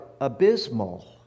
abysmal